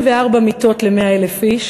34 מיטות ל-100,000 איש